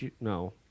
no